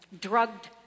drugged